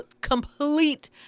Complete